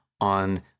on